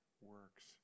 works